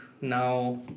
now